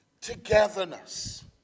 togetherness